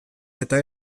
eta